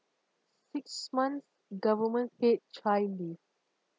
six months government paid child leave